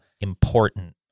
important